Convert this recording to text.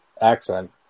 accent